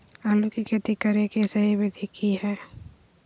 आलू के खेती करें के सही विधि की हय?